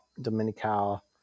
Dominical